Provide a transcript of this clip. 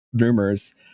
rumors